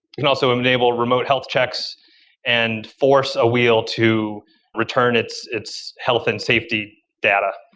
and also, um enable remote health checks and force a wheel to return its its health and safety data.